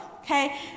okay